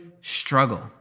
struggle